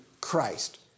Christ